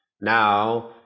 now